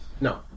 No